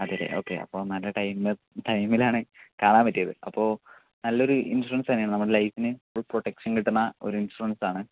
അതേല്ലേ ഓക്കെ അപ്പം നല്ല ഒരു ടൈമിലാണ് ടൈമിലാണ് കാണാൻ പറ്റിയത് അപ്പോൾ നല്ല ഒരു ഇൻഷുറൻസ് തന്നെയാണ് നമ്മുടെ ലൈഫിന് ഒരു പ്രൊട്ടക്ഷൻ കിട്ടുന്ന ഒരു ഇൻഷുറൻസ് ആണ്